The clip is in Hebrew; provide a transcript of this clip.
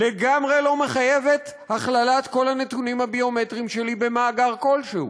לגמרי לא מחייבת הכללת כל הנתונים הביומטריים שלי במאגר כלשהו.